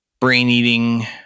brain-eating